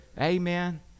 Amen